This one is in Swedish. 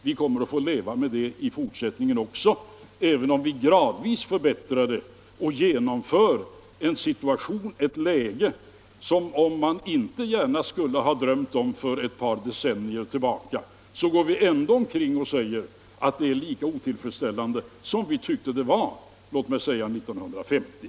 Vi kommer att få leva så även i fortsättningen, även om vi gradvis åstadkommer förbättringar som man inte kunde ha drömt om för ett par decennier Nr 23 sedan. Vi går ändå omkring och säger, att läget är lika otillfredsställande Tisdagen den som vi tyckte att det var 1950 eller 1960.